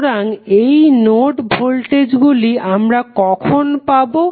সুতরাং এই node voltage গুলি আমরা কখন পাবো